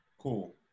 Cool